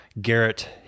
Garrett